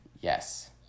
Yes